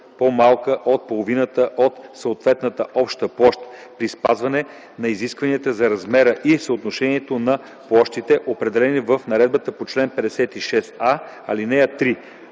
по-малка от половината от съответната обща площ, при спазване на изискванията за размера и съотношението на площите, определени в наредбата по чл. 56а, ал. 3.